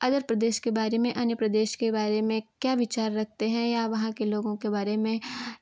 other प्रदेश के बारे में अन्य प्रदेश के बारे में क्या विचार रखते हैं या वहाँ के लोगों के बारे में